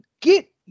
get